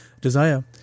desire